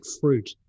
fruit